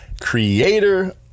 Creator